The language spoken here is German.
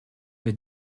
wir